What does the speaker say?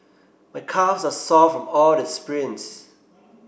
my calves are sore from all the sprints